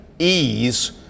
ease